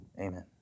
amen